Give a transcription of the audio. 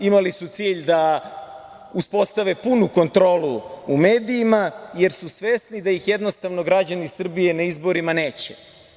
Imali su cilj da uspostave punu kontrolu u medijima, jer su svesni da ih jednostavno građani Srbije na izborima neće.